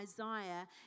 Isaiah